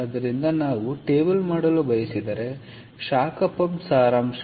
ಆದ್ದರಿಂದ ನಾವು ಟೇಬಲ್ ಮಾಡಲು ಬಯಸಿದರೆ ಶಾಖ ಪಂಪ್ ಸಾರಾಂಶ